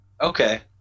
okay